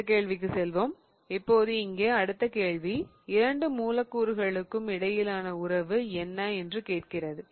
அடுத்த கேள்விக்கு செல்வோம் இப்போது இங்கே அடுத்த கேள்வி இரண்டு மூலக்கூறுகளுக்கும் இடையிலான உறவு என்ன என்று கேட்கிறது